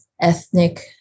ethnic